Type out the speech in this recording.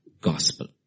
gospel